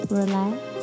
relax